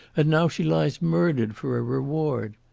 and now she lies murdered for a reward!